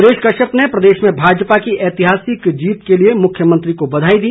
सुरेश कश्यप ने प्रदेश में भाजपा की ऐतिहासिक जीत के लिए मुख्यमंत्री को बधाई दी